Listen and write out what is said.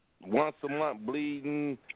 once-a-month-bleeding